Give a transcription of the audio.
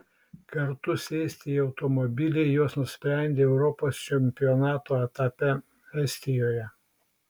kartu sėsti į automobilį jos nusprendė europos čempionato etape estijoje